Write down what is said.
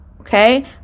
Okay